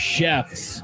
Chefs